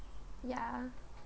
ya